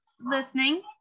listening